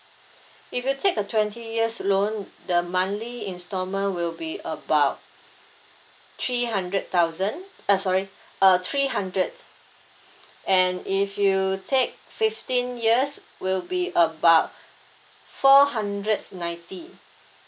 if you take a twenty years loan the monthly instalment will be about three hundred thousand uh sorry uh three hundred and if you take fifteen years will be about four hundreds ninety